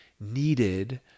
needed